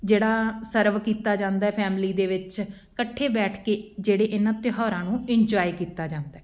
ਜਿਹੜਾ ਸਰਵ ਕੀਤਾ ਜਾਂਦਾ ਹੈ ਫੈਮਿਲੀ ਦੇ ਵਿੱਚ ਇਕੱਠੇ ਬੈਠ ਕੇ ਜਿਹੜੇ ਇਹਨਾਂ ਤਿਉਹਾਰਾਂ ਨੂੰ ਇੰਜੋਏ ਕੀਤਾ ਜਾਂਦਾ